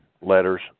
letters